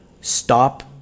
stop